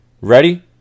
Ready